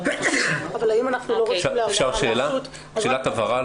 --- אפשר שאלת הבהרה?